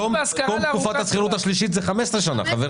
תום השכירות השלישית זה 15 שנים.